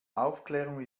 aufklärung